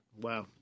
Wow